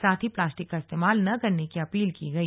साथ ही प्लास्टिक का इस्तेमाल न करने की अपील की गई